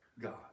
God